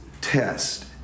test